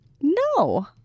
No